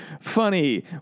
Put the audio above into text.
funny